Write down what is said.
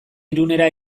irunera